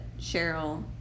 Cheryl